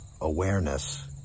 awareness